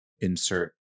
insert